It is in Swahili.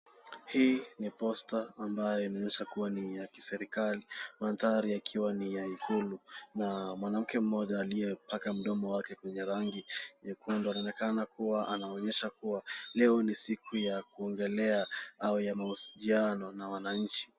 Hii ni posta ambayo inaweza kuwa ni ya kiserikali, mandhari yakiwa ni ya ikulu na mwanamke mmoja aliyepaka mdomo wake kwenye rangi nyekundu anaonekana kuwa anaonyesha kuwa leo ni siku ya kuongelea au ya mahusiano na wananchi.